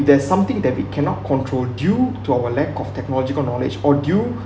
there's something that we cannot control due to our lack of technological knowledge or due